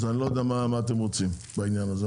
אז אני לא יודע מה אתם רוצים בעניין הזה.